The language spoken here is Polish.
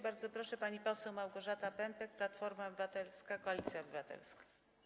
Bardzo proszę, pani poseł Małgorzata Pępek, Platforma Obywatelska - Koalicja Obywatelska.